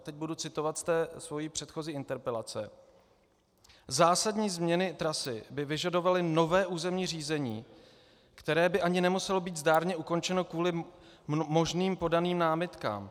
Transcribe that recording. Teď budu citovat z té své předchozí interpelace: Zásadní změny trasy by vyžadovaly nové územní řízení, které by ani nemuselo být zdárně ukončeno kvůli možným podaným námitkám.